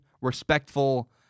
respectful